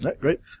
Great